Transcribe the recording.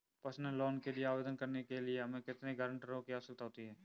Personal loan के लिए आवेदन करने के लिए हमें कितने गारंटरों की आवश्यकता है?